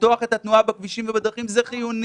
לפתוח את התנועה בכבישים ובדרכים זה חיוני